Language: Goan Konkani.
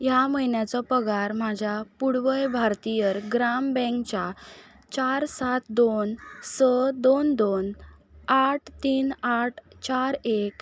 ह्या म्हयन्याचो पगार म्हाज्या पुडवय भारतीयर ग्राम बँकच्या चार सात दोन स दोन दोन आठ तीन आठ चार एक